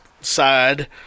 side